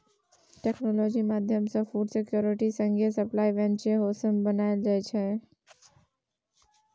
technology माध्यमसँ food security संगे supply chain सेहो बनाएल जाइ छै